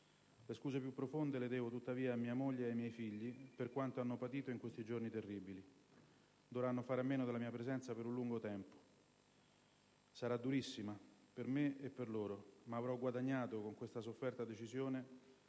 Le scuse più profonde le devo tuttavia a mia moglie ed ai miei figli per quanto hanno patito in questi giorni terribili. Dovranno fare a meno della mia presenza per un lungo tempo. Sarà durissima per me e per loro, ma avrò guadagnato con questa sofferta decisione